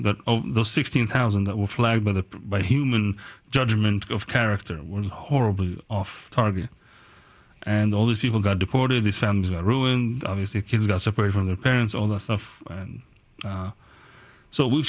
that those sixteen thousand that were flagged by the by human judgment of character were horribly off target and all these people got deported these families were ruined obviously kids got separated from their parents all that stuff and so we